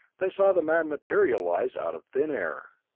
they saw the man materialize out of thin air.